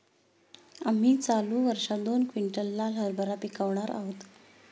आम्ही चालू वर्षात दोन क्विंटल लाल हरभरा पिकावणार आहोत